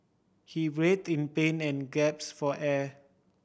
he writhed in pain and gasped for air